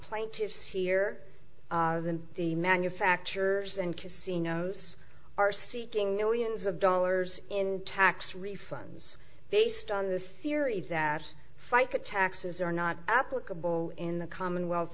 plaintiffs here than the manufacturers and casinos are seeking millions of dollars in tax refunds based on the series that fica taxes are not applicable in the commonwealth